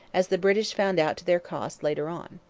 as the british found out to their cost later on.